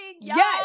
Yes